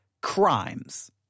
crimes